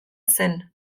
zen